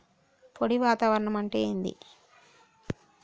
పొడి వాతావరణం అంటే ఏంది?